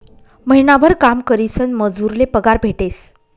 महिनाभर काम करीसन मजूर ले पगार भेटेस